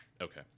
Okay